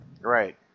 right